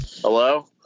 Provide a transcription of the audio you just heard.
Hello